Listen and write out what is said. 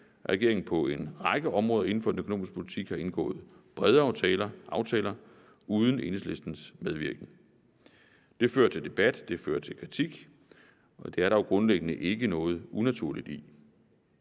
regeringen på en række områder inden for den økonomiske politik har indgået brede aftaler uden Enhedslistens medvirken. Det fører til debat, det fører til kritik, men det er der grundlæggende ikke noget unaturligt i.